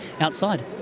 outside